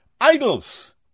idols